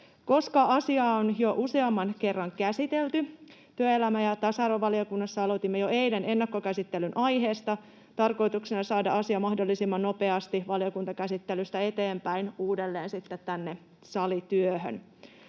Koska asiaa on jo useamman kerran käsitelty, työelämä- ja tasa-arvovaliokunnassa aloitimme jo eilen ennakkokäsittelyn aiheesta tarkoituksena saada asia mahdollisimman nopeasti valiokuntakäsittelystä eteenpäin uudelleen sitten tänne salityöhön.